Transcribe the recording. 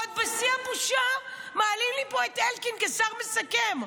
ועוד בשיא הבושה מעלים לי פה את אלקין כשר מסכם.